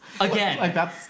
again